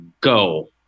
go